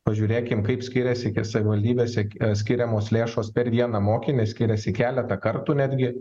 pažiūrėkim kaip skiriasi savivaldybėse skiriamos lėšos per vieną mokinį skiriasi keletą kartų netgi